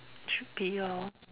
should be lor